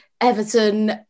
Everton